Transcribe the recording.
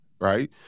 right